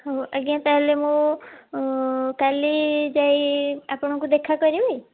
ହଉ ଆଜ୍ଞା ତାହେଲେ ମୁଁ କାଲି ଯାଇ ଆପଣଙ୍କୁ ଦେଖାକରିବି